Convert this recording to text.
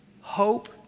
Hope